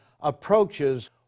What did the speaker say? approaches